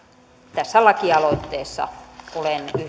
tässä lakialoitteessa olen